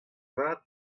vat